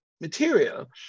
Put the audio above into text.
material